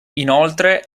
inoltre